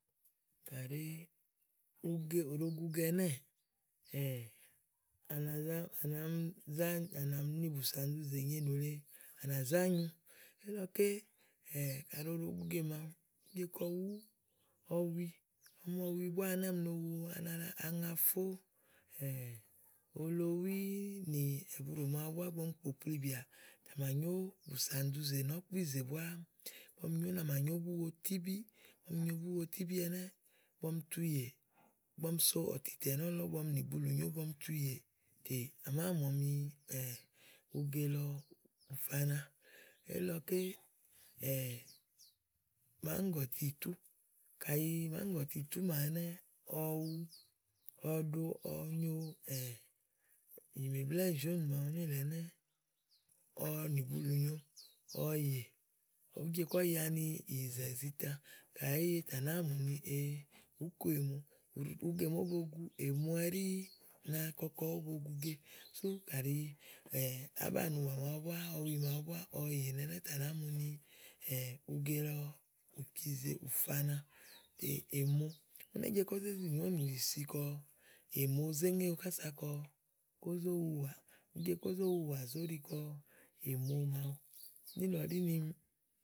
Kàɖi uge òɖòo gu uge ɛnɛ́ɛ̀ ànà zaànà m ànà mi za, à nà mi ni bùsànduzè nyo ènù èle ànà zá nyu elílɔké kàɖi òɖo gu uge màawu ùú je kɔ wù ɔwi ɔmi búá ɔmi no wu anaani aŋafó olowí nì ɛ̀buɖò màawu búá ígbɔ ɔmi nyo úni bìà, à mà nyó bùsànduzè nì ɔ̀kpìzè búá, ígbɔ ɔmi nyo úni à mà nyó buwo tíbí ígbɔ ɔmi nyo búwo tíbí ɛnɛ́ ígbɔ ɔmi tu yè, ígbɔ ɔmi so ɔtìtɛ̀ nɔ̀lɔ ígbɔ ɔmi nì bulùnyo ígbɔ ɔmi tu yè tè, à màáa mù ɔmi uge lɔ ù fana elílɔké màáŋgɔ̀ti ìtú kàyi màáŋgɔ̀ti ìtú màawu ɛnɛ́. ɔwwu, ɔwɔ ɖo ɔwɔ nyo jìmèblɛ̀ zòóne màawu nélèe ɛnɛ́, ɔwɔ nì bulùnyo ɔwɔ yè, ùú je kɔ̀ ye ani ìyìzà ìzità kàyi èé ye tè à nàáa mù ni ee ùú ko ìmo uge màa ówó bo gu èmo ɛɖí na kɔkɔ ówó bo gu uge sú kàɖi àá banìi ùwà màaɖu búá ùwà màaɖu búá ɔwɔ yì nɛnɛ́ tè à nàá mu ni uge lɔ ù cizèe, ù tana èmo, ú je kó zé zinì ówò nìɖì si kɔ, èmo zé ŋeówo kása kɔ kó zó wu ùwàà, ùú kó zó wu ùwà zóɖi kɔ èmona níìlɔ ɖíni.